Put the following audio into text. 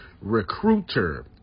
recruiter